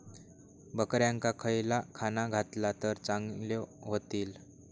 बकऱ्यांका खयला खाणा घातला तर चांगल्यो व्हतील?